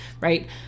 right